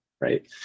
right